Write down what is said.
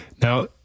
Now